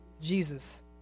Jesus